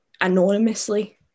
anonymously